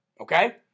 Okay